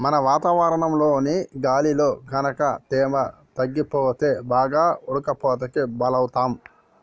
మనం వాతావరణంలోని గాలిలో గనుక తేమ తగ్గిపోతే బాగా ఉడకపోతకి బలౌతాం